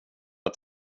att